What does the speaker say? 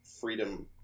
freedom